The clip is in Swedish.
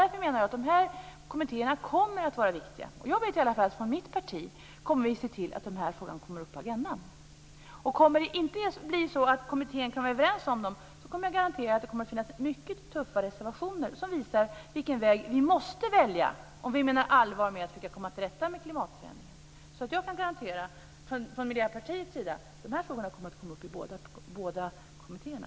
Därför menar jag att dessa kommittéer kommer att vara viktiga. Jag vet i alla fall att vi från mitt parti kommer att se till att denna fråga kommer upp på agendan. Om man i kommittén inte kommer att bli överens kan jag garantera att det kommer att finnas mycket tuffa reservationer som visar vilken väg vi måste välja om vi menar allvar med att försöka komma till rätta med klimatförändringen. Jag kan från Miljöpartiets sida garantera att dessa frågor kommer att komma upp i båda kommittéerna.